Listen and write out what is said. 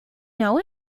know